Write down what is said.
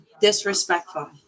Disrespectful